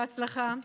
בהצלחה,